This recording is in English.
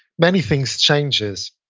many things changes.